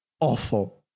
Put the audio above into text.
awful